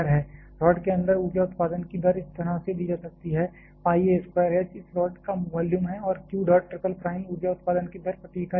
rod के अंदर ऊर्जा उत्पादन की दर इस तरह से दी जा सकती है pi a स्क्वायर H इस रॉड का वॉल्यूम है और q डॉट ट्रिपल प्राइम ऊर्जा उत्पादन की दर प्रति इकाई वॉल्यूम है